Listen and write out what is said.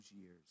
years